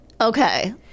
Okay